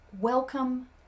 welcome